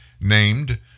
named